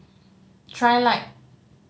trilight